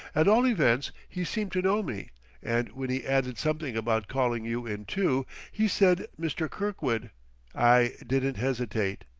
at all events, he seemed to know me and when he added something about calling you in, too he said mr. kirkwood i didn't hesitate.